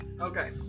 Okay